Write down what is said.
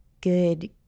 good